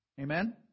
Amen